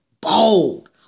Bold